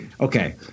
Okay